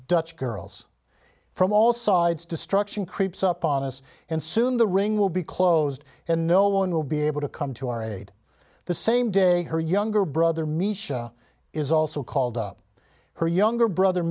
dutch girls from all sides destruction creeps up on us and soon the ring will be closed and no one will be able to come to our aid the same day her younger brother meesha is also called up her younger brother